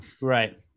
Right